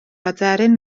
aderyn